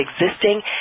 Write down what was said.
existing